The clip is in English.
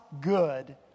good